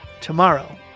Tomorrow